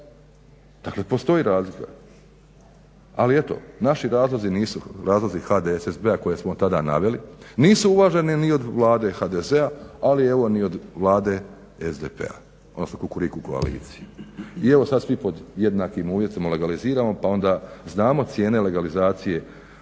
Dakle, postoji razlika. Ali eto naši razlozi nisu razlozi HDSSB-a koje smo tada naveli nisu uvaženi ni od Vlade HDZ-a ali evo ni od Vlade SDP-a, odnosno Kukuriku koalicije. I evo sad svi pod jednakim uvjetima legaliziramo pa onda znamo cijene legalizacije